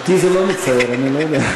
אותי זה לא מצער, אני לא יודע.